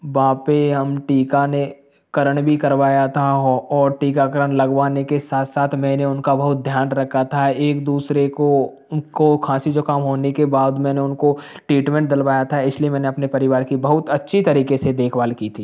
वहाँ पे हम टीका ने करण भी करवाया था और टीकाकरण लगवाने के साथ साथ मैंने उनका बहुत ध्यान रखा था एक दूसरे को को खाँसी ज़ुकाम होने के बाद मैंने उनको टीटमेंट दिलवाया था इसलिए मैंने अपने परिवार की बहुत अच्छी तरीके से देखभाल की थी